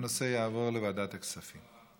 הנושא יעבור לוועדת הכספים.